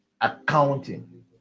accounting